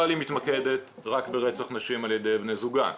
אבל היא מתמקדת רק ברצח נשים על ידי בני זוגן,